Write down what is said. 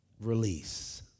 Release